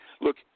look